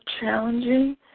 challenging